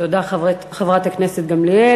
תודה, חברת הכנסת גמליאל.